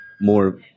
more